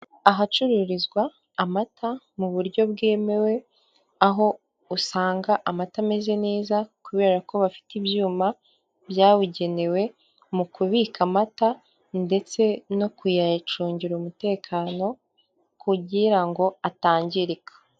Ahacururizwa amata mu buryo bwemewe aho usanga amata ameze neza kubera ko bafite ibyuma byabugenewe mu kubika amata ndetse no kuyacungira umutekano kugira ngo atangirika.